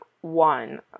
one